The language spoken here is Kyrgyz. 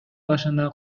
башына